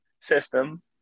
system